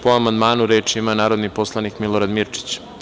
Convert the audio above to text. Po amandmanu, reč ima narodni poslanik Milorad Mirčić.